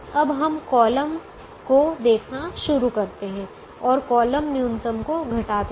अब हम कॉलम को देखना शुरू करते हैं और कॉलम न्यूनतम घटाते हैं